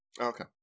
Okay